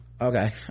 okay